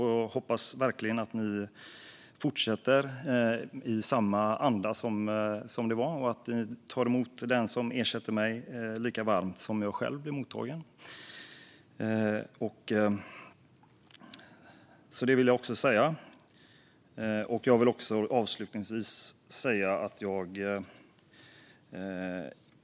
Jag hoppas verkligen att ni fortsätter i samma anda och att ni tar emot den som ersätter mig lika varmt som jag själv blev mottagen.